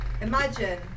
imagine